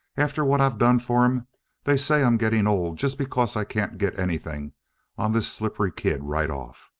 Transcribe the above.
after what i've done for em they say i'm getting old just because i can't get anything on this slippery kid right off!